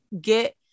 get